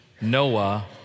Noah